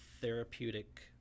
therapeutic